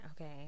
okay